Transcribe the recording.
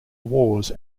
wars